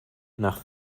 nach